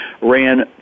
ran